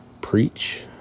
preach